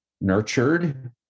nurtured